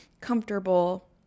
comfortable